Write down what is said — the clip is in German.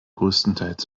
größtenteils